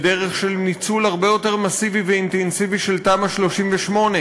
בדרך של ניצול הרבה יותר מסיבי ואינטנסיבי של תמ"א 38,